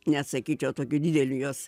net sakyčiau tokiu dideliu jos